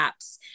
apps